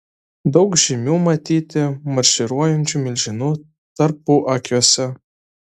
daug žymių matyti marširuojančių milžinų tarpuakiuose